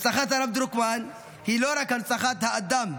הנצחת הרב דרוקמן היא לא רק הנצחת האדם,